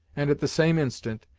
and at the same instant,